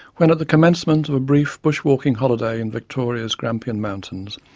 when at the commencement of a brief bushwalking holiday in victoria's grampian mountains,